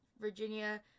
Virginia